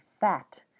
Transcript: fat